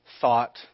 thought